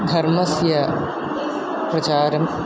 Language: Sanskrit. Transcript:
धर्मस्य प्रचारं